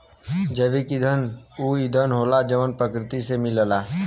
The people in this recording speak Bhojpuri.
जैविक ईंधन ऊ ईंधन होला जवन प्रकृति से मिलेला